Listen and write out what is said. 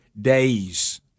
days